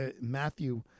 Matthew